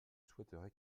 souhaiterais